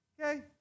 Okay